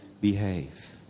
behave